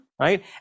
right